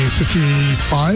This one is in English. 55